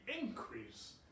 increase